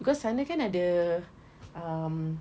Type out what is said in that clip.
because sana kan ada um